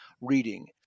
reading